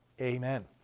Amen